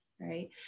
right